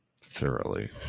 Thoroughly